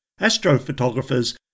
astrophotographers